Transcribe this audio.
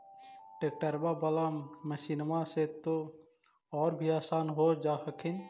ट्रैक्टरबा बाला मसिन्मा से तो औ भी आसन हो जा हखिन?